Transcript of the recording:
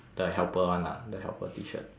the helper one lah the helper T-shirt